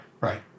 Right